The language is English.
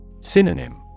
Synonym